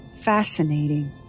fascinating